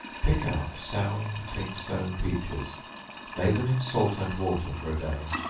pick out sound clingstone peaches lay them in salt and water for a day,